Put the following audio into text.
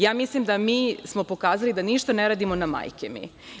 Ja mislim da smo mi pokazali da ništa ne radimo na – majke mi.